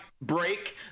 break